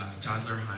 Toddler